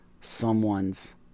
someone's